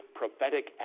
prophetic